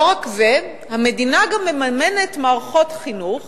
לא רק זה, המדינה גם מממנת מערכות חינוך